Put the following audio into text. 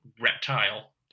reptile